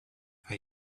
are